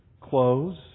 clothes